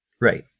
right